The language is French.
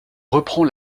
reprend